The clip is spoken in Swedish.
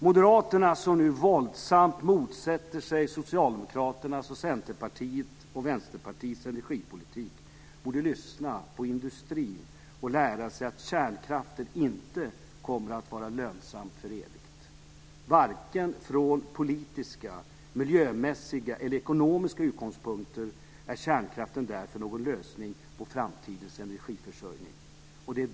Moderaterna, som nu våldsamt motsätter sig Socialdemokraternas, Centerpartiets och Vänsterpartiets energipolitik, borde lyssna på industrin och lära sig att kärnkraften inte kommer att vara lönsam för evigt. Varken från politiska, miljömässiga eller ekonomiska utgångspunkter är kärnkraften därför någon lösning på framtidens energiförsörjning.